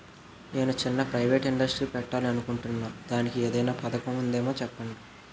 నేను చిన్న private industry పెట్టాలి అనుకుంటున్నా దానికి ఏదైనా పథకం ఉందేమో చెప్పండి?